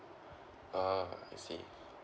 ah I see